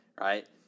right